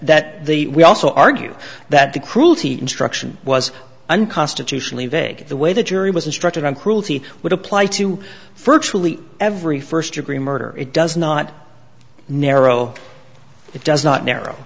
that the we also argue that the cruelty instruction was unconstitutionally vague the way the jury was instructed on cruelty would apply to first truly every first degree murder it does not narrow it does not narrow